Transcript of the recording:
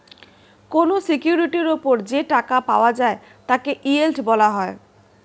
কোন সিকিউরিটির উপর যে টাকা পাওয়া যায় তাকে ইয়েল্ড বলা হয়